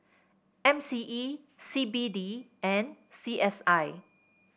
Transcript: M C E C B D and C S I